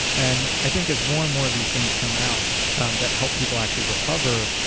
and i think as more and more of these things come out that help people actually recover,